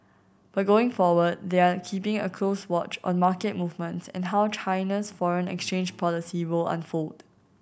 but going forward they are keeping a close watch on market movements and how China's foreign exchange policy will unfold